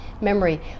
memory